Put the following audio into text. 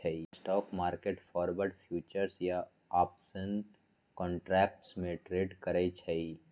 stock market forward, futures या option contracts में trade करई छई